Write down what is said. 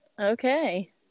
Okay